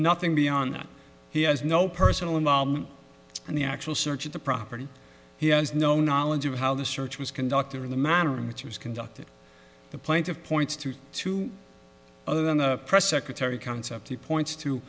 nothing beyond that he has no personal involvement in the actual search of the property he has no knowledge of how the search was conducted or in the manner in which he was conducted the plaintive points to two other than the press secretary concept he points to